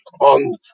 on